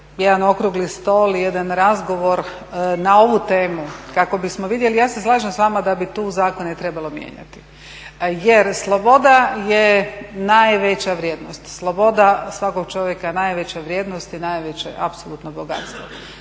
jedan okrugli stol i jedan razgovor na ovu temu kako bismo vidjeli, ja se slažem s vama da bi tu zakone trebalo mijenjati jer sloboda je najveća vrijednost, sloboda svakog čovjeka je najveća vrijednost i najveće apsolutno bogatstvo.